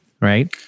right